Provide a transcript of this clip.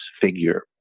figure